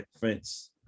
fence